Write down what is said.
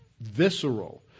visceral